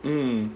mm